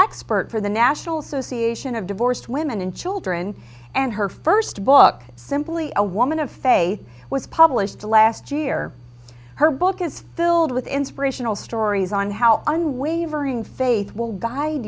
expert for the national association of divorced women and children and her first book simply a woman of faith was published last year her book is filled with inspirational stories on how unwavering faith will guide